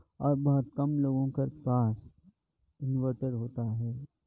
اور بہت کم لوگوں کے پاس انورٹر ہوتا ہے